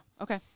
Okay